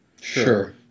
Sure